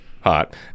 hot